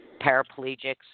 paraplegics